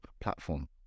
platform